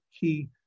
key